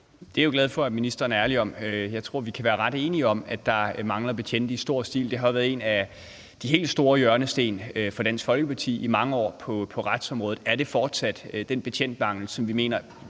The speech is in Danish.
Det er jeg glad for at ministeren er ærlig om. Jeg tror, vi kan være ret enige om, at der mangler betjente i stor stil. Det har jo været en af de helt store hjørnesten for Dansk Folkeparti i mange år på retsområdet og er det fortsat, altså den betjentmangel, som vi mener